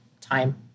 time